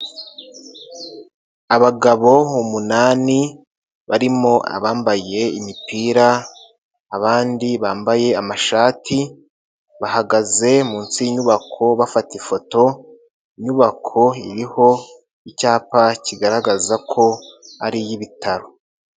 Abagabo umunani barimo abambaye imipira, abandi bambaye amashati bahagaze munsi y'inyubako bafata ifoto. Inyubako iriho icyapa kigaragaza ko ari iy'ibitaro.